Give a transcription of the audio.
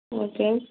okay